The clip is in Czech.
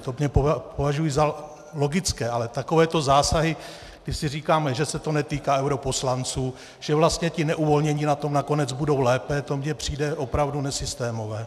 To považuji za logické, ale takovéto zásahy, kdy si říkáme, že se to netýká europoslanců, že vlastně ti neuvolnění na tom nakonec budou lépe, to mně přijde opravdu nesystémové.